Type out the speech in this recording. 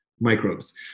microbes